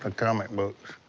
comic books.